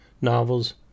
novels